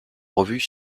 revues